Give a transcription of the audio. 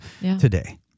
today